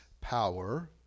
power